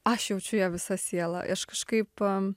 aš jaučiu ją visa siela aš kažkaip